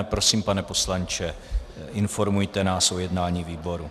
Prosím, pane poslanče, informujte nás o jednání výboru.